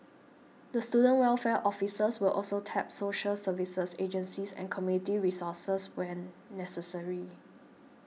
the student welfare officers will also tap social services agencies and community resources where necessary